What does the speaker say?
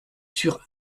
sur